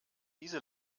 diese